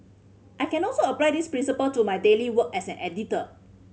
I can also apply this principle to my daily work as an editor